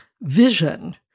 vision